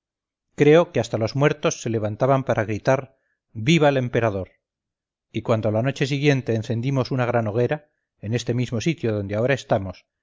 creo que hasta los muertos se levantaban para gritar viva el emperador y cuando a la noche siguiente encendimos una gran hoguera en este mismo sitio donde ahora estamos